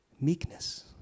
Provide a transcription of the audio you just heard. meekness